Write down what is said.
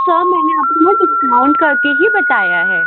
sir मैंने आपको ना डिस्काउंट करके ही बताया है